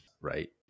right